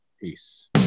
Peace